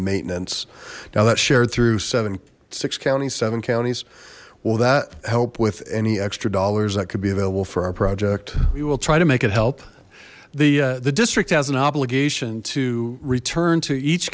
maintenance now that's shared through seven six county seven counties will that help with any extra dollars that could be available for our project we will try to make it help the the district has an obligation to return to each